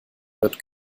wird